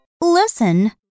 Listen